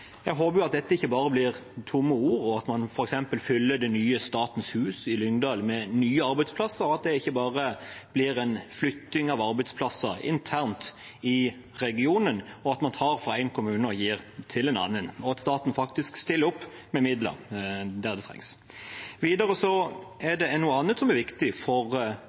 Jeg håper jo at dette ikke bare blir tomme ord, men at man f.eks. fyller det nye Statens hus i Lyngdal med nye arbeidsplasser, og at det ikke bare blir en flytting av arbeidsplasser internt i regionen, hvor man tar fra én kommune og gir til en annen, men at staten faktisk stiller opp med midler der det trengs. Videre er det noe annet som er viktig for